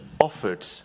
offered